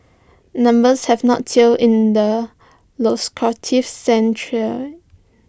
numbers have not till in the sand trade